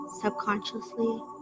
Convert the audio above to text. subconsciously